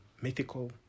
mythical